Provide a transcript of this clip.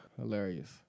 Hilarious